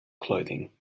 clothing